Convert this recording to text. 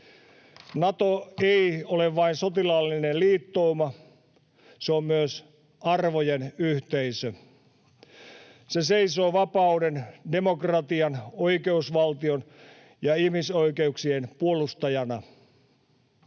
Nato ei ole vain sotilaallinen liittouma, se on myös arvojen yhteisö. Se seisoo vapauden, demokratian, oikeusvaltion ja ihmisoikeuksien puolustajana